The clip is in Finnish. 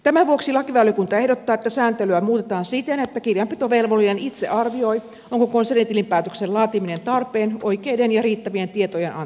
tämän vuoksi lakivaliokunta ehdottaa että sääntelyä muutetaan siten että kirjanpitovelvollinen itse arvioi onko konsernitilinpäätöksen laatiminen tarpeen oikeiden ja riittävien tietojen antamiseksi